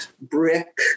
brick